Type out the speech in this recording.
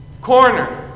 corner